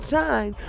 time